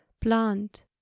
Plant